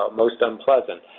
ah most unpleasant.